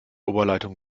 oberleitung